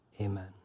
amen